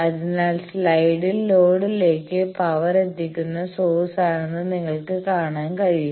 അതിനാൽ സ്ലൈഡിൽ ലോഡിലേക്ക് പവർ എത്തിക്കുന്നത് സോഴ്സാണെന്ന് നിങ്ങൾക്ക് കാണാൻ കഴിയും